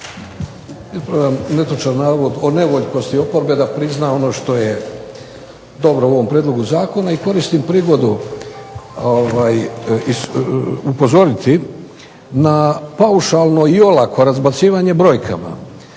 Ispravljam netočan navod o nevoljkosti oporbe da prizna ono što je dobro u ovom prijedlogu zakona i koristim prigodu upozoriti na paušalno i olako razbacivanje brojkama